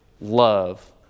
love